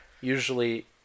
usually